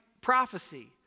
prophecy